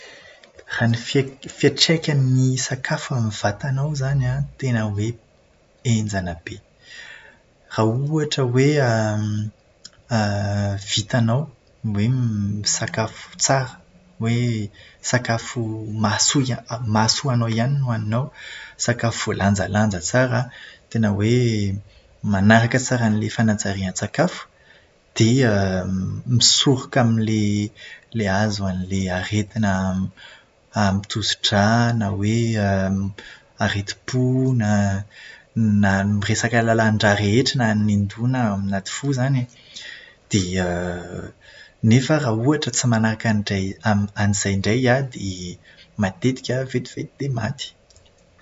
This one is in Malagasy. Raha ny fia- fiatraikan'ny sakafo amin'ny vatanao izany an, tena hoe henaja be. Raha ohatra hoe vitanao ny hoe misakafo tsara, hoe sakafo mahaso- mahasoa anao ihany no hohaninao, sakafo voalanjalanja tsara an, tena hoe manaraka tsara an'ilay fanajarian-tsakafo, dia misoroka amin'ilay azo an'ilay aretina amin'ny tosi-drà na hoe aretim-po na na ny resaka lalandrà rehetra na an-doha na anaty fo izany e. Dia nefa raha ohatra tsy manaraka andray- an'izany indray an, dia matetika vetivety dia maty.